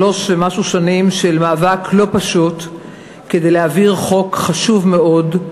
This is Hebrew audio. שלוש ומשהו שנים של מאבק לא פשוט כדי להעביר חוק חשוב מאוד,